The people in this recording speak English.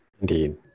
Indeed